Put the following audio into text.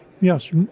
Yes